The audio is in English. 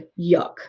yuck